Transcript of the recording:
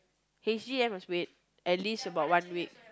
h_d that one must wait at least about one week